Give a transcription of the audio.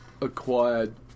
acquired